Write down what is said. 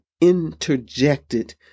interjected